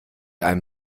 einem